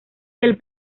del